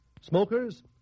Smokers